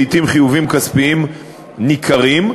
לעתים חיובים כספיים ניכרים.